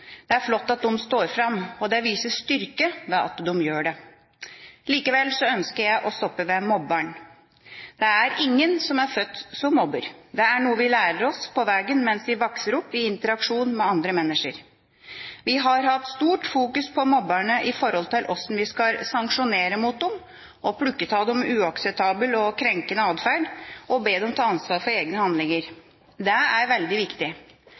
Det er flott at de står fram. Det viser styrke ved at de gjør det! Likevel ønsker jeg å stoppe ved mobberen. Det er ingen som er født som mobber. Det er noe vi lærer oss på veien mens vi vokser opp i interaksjon med andre mennesker. Vi har hatt stort fokus på mobberne i forhold til hvordan vi skal sanksjonere mot dem og «plukke av dem» uakseptabel og krenkende adferd og be dem ta ansvar for egne handlinger. Det er veldig viktig.